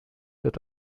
wird